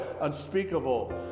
unspeakable